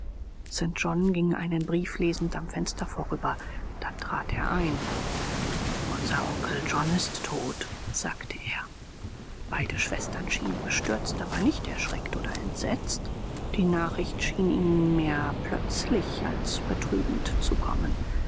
john ging einen brief lesend am fenster vorüber dann trat er ein unser onkel john ist tot sagte er beide schwestern schienen bestürzt aber nicht erschreckt oder entsetzt die nachricht schien ihnen mehr plötzlich als betrübend zu kommen